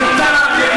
מאה אחוז.